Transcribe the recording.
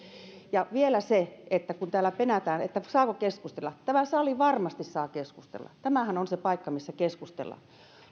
ja vielä siihen kun täällä penätään saako keskustella tämä sali varmasti saa keskustella tämähän on se paikka missä keskustellaan